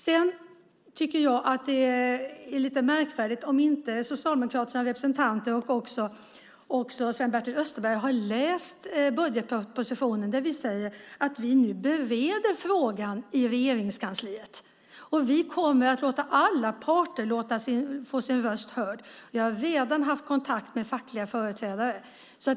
Jag tycker också att det är lite märkvärdigt om Socialdemokraternas representanter, till exempel Sven-Erik Österberg, inte har läst budgetpropositionen. Där säger vi att vi nu bereder frågan i Regeringskansliet, och vi kommer att låta alla parter få sin röst hörd. Vi har redan haft kontakt med fackliga företrädare.